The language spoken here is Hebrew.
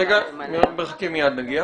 מיד.